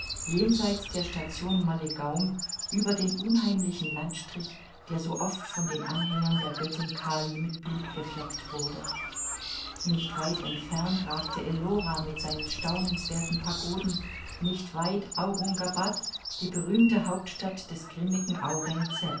jenseits der station malligaum über den unheimlichen landstrich der so oft von den anhängern der göttin kali mit blut befleckt wurde nicht weit entfernt ragte ellora mit seinen staunenswerthen pagoden nicht weit aurungabad die berühmte hauptstadt des